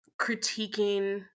critiquing